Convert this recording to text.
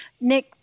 Nick